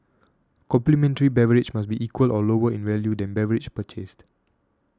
complimentary beverage must be equal or lower in value than beverage purchased